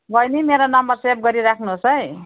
बहिनी मेरो number save गरिराख्नुहोस् है